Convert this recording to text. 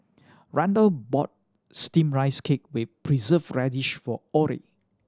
Randle bought Steamed Rice Cake with Preserved Radish for Orrie